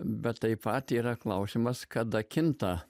bet taip pat yra klausimas kada kinta